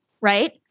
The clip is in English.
Right